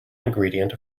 ingredient